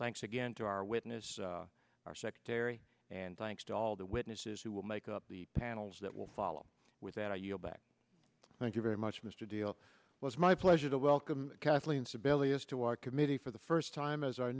thanks again to our witness our secretary and thanks to all the witnesses who will make up the panels that will follow with that i yield back thank you very much mr deal was my pleasure to welcome kathleen sebelius to our committee for the first time as our